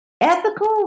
Ethical